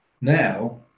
now